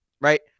right